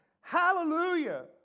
hallelujah